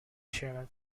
chairman